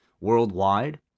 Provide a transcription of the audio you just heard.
worldwide